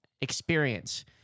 experience